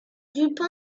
dupin